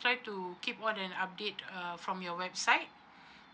try to keep on that update uh from your website